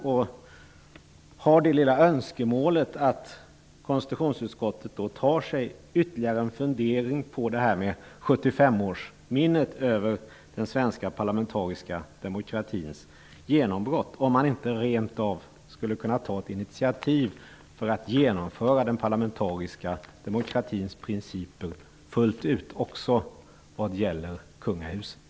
Jag har önskemålet att konstitutionsutskottet skall fundera litet ytterligare över 75-årsminnet av den svenska parlamentariska demokratins genombrott. Skulle man inte rent av kunna ta ett initiativ för att genomföra den parlamentariska demokratins principer fullt ut också vad gäller kungahuset?